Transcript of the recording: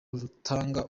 rutanga